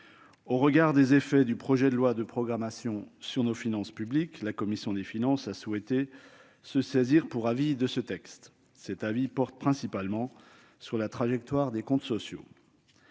Au regard de ses effets sur nos finances publiques, la commission des finances a souhaité se saisir pour avis de ce texte. Cet avis porte principalement sur la trajectoire des comptes sociaux.